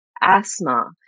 asthma